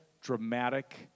dramatic